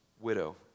widow